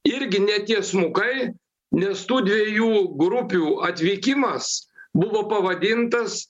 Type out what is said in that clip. irgi ne tiesmukai nes tų dviejų grupių atvykimas buvo pavadintas